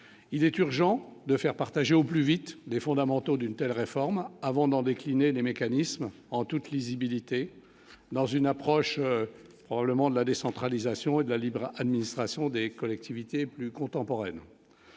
il est urgent de faire partager au plus vite des fondamentaux d'une telle réforme avant d'en décliner les mécanismes en toute lisibilité dans une approche probablement de la décentralisation et de la libre administration des collectivités plus contemporaine,